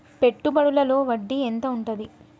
పెట్టుబడుల లో వడ్డీ ఎంత ఉంటది?